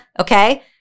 Okay